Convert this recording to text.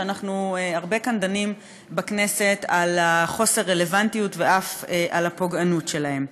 שאנחנו הרבה דנים כאן בכנסת על חוסר הרלוונטיות ואף על הפוגענות שלהן.